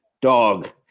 dog